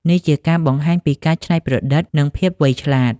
នេះជាការបង្ហាញពីការច្នៃប្រឌិត និងភាពវៃឆ្លាត។